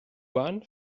bahn